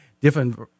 different